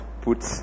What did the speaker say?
put